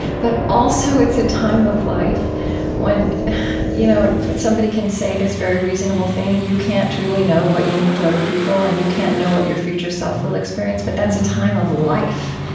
but also it's a time of life when you know somebody can say this very reasonable thing, you can't truly know what you mean to other people, and you can't know what your future self will experience, but that's a time of life,